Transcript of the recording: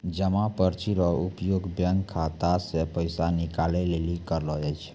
जमा पर्ची रो उपयोग बैंक खाता से पैसा निकाले लेली करलो जाय छै